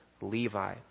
Levi